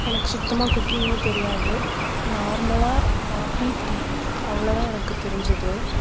எனக்கு சுத்தமாக குக்கிங் தெரியாது நார்மலாக காஃபி டீ அவ்வளோதான் எனக்கு தெரிஞ்சது